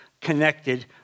connected